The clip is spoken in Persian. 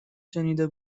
شنیده